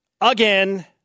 Again